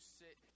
sit